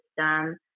system